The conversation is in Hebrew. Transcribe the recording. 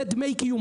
זה דמי קיום.